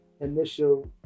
initial